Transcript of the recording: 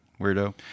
weirdo